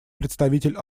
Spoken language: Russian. представитель